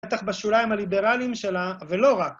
בטח בשוליים הליברליים שלה, ולא רק.